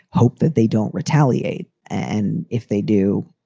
hope that they don't retaliate. and if they do,